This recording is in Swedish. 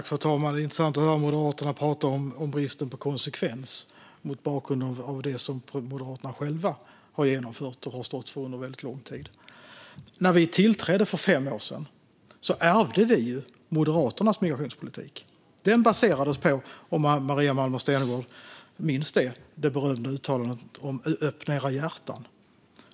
Fru talman! Det är intressant att höra Moderaterna tala om bristen på konsekvens, mot bakgrund av det som Moderaterna själva har genomfört och stått för under lång tid. När vi tillträdde för fem år sedan ärvde vi Moderaternas migrationspolitik. Den baserades på, om Maria Malmer Stenergard minns det, uttalandet om att öppna våra hjärtan.